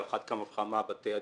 על אחת כמה וכמה בתי הדין.